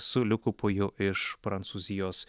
su liuku poju iš prancūzijos